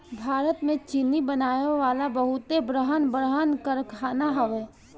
भारत में चीनी बनावे वाला बहुते बड़हन बड़हन कारखाना हवे